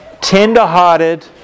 tender-hearted